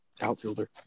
outfielder